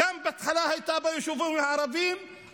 גם היו ביישובים הערביים בהתחלה,